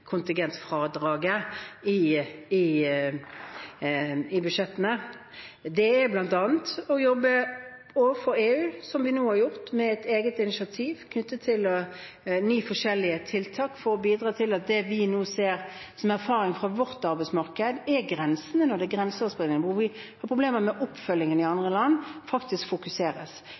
å øke fagforeningskontingentfradraget i budsjettene. Det er bl.a. å jobbe overfor EU, som vi nå har gjort, med et eget initiativ knyttet til ni forskjellige tiltak. Det er for å bidra til at det vi nå ser som en erfaring fra vårt arbeidsmarked med tanke på grensene – når det er grenseoverskridende, og hvor vi får problemer med oppfølgingen i andre land – faktisk fokuseres,